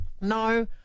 No